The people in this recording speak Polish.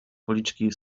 policzki